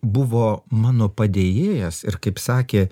buvo mano padėjėjas ir kaip sakė